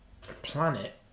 planet